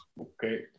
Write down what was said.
Okay